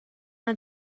una